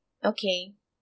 okay